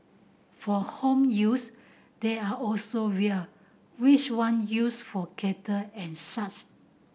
for home use there are also vial which you use for kettle and such